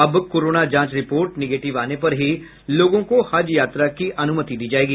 अब कोरोना जांच report negative आने पर ही लोगों को हज यात्रा की अनुमति दी जायेगी